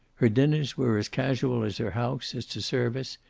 her dinners were as casual as her house, as to service,